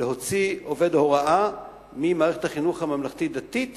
להוציא עובד הוראה ממערכת החינוך הממלכתית-דתית